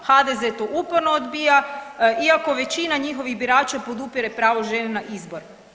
HDZ to uporno odbija iako većina njihovih birača podupire pravo žene na izbor.